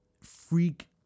freak